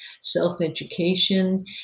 self-education